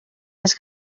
les